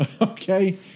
Okay